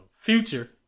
future